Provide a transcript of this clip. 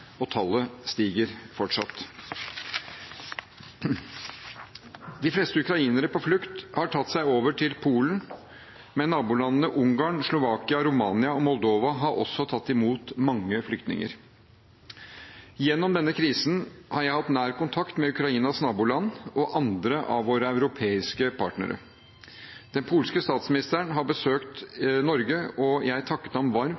og tallet stiger fortsatt. De fleste ukrainere på flukt har tatt seg over til Polen, men nabolandene Ungarn, Slovakia, Romania og Moldova har også tatt imot mange flyktninger. Gjennom denne krisen har jeg hatt nær kontakt med Ukrainas naboland og andre av våre europeiske partnere. Den polske statsministeren har besøkt Norge, og jeg takket ham